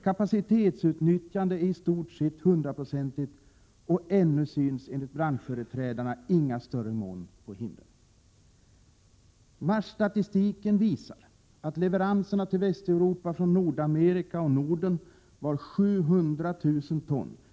Kapacitetsutnyttjandet är i stort sett hundraprocentigt och ännu syns enligt branschföreträdare inga större moln på himlen. — Marsstatistiken visar att leveranser till Västeuropa från Nordamerika och Norden var 700 000 ton.